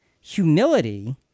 humility